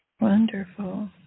Wonderful